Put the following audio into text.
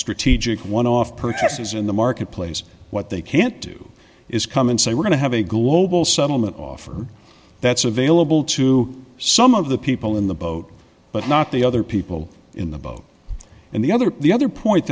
strategic one off purchases in the marketplace what they can't do is come and say we're going to have a global settlement offer that's available to some of the people in the boat but not the other people in the boat and the other the other point